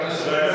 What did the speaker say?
אתה היית חלק,